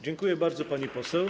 Dziękuję bardzo, pani poseł.